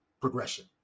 progression